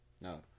No